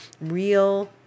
real